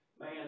Man